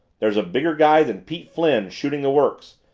there's a bigger guy than pete flynn shooting the works,